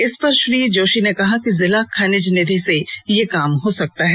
इस पर श्री जोशी ने कहा कि जिला खनिज निधि से यह काम हो सकता है